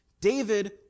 David